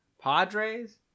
padres